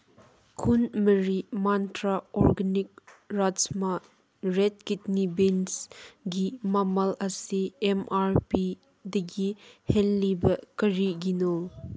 ꯀꯨꯟꯃꯔꯤ ꯃꯟꯇ꯭ꯔꯥ organic rajma rate ꯀꯤꯠꯅꯤ ꯕꯤꯟꯁꯒꯤ ꯃꯃꯜ ꯑꯁꯤ ꯑꯦꯝ ꯑꯥꯔ ꯄꯤꯗꯒꯤ ꯍꯦꯜꯂꯤꯕ ꯀꯔꯤꯒꯤꯅꯣ